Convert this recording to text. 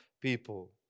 people